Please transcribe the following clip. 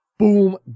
Boom